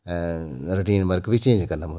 routine work बी change करना पौंदा